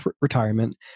retirement